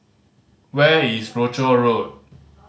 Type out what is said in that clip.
where is Rochor Road